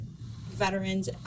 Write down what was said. veterans